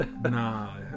Nah